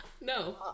No